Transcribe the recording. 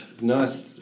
Nice